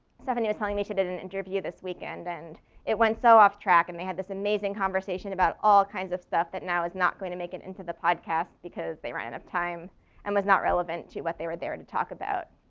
stephanie was telling me she did an interview this weekend and it went so off track and they had this amazing conversation about all kinds of stuff that now is not gonna make it into the podcast because they ran out of time and was not relevant to what they were there to talk about.